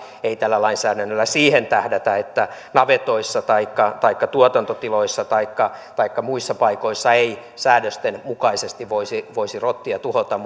ei tällä lainsäädännöllä siihen tähdätä että navetoissa taikka tuotantotiloissa taikka muissa paikoissa ei säädösten mukaisesti voisi voisi rottia tuhota